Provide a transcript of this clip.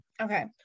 Okay